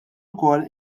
ukoll